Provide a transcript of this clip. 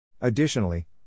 Additionally